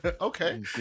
okay